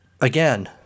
Again